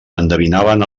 endevinaven